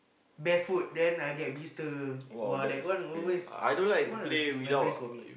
barefoot then I get blister !wah! that one always that one is memories for me